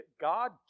God